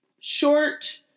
short